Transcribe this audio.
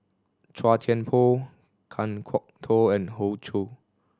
Chua Thian Poh Kan Kwok Toh and Hoey Choo